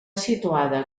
situada